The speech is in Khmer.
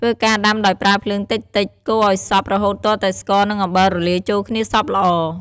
ធ្វើការដាំដោយប្រើភ្លើងតិចៗ កូរឲ្យសព្វរហូតទាល់តែស្ករ និងអំបិលរលាយចូលគ្នាសព្វល្អ។